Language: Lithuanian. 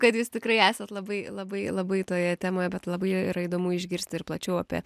kad jūs tikrai esat labai labai labai toje temo bet labai yra įdomu išgirsti ir plačiau apie